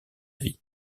vie